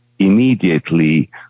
Immediately